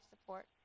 support